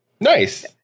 Nice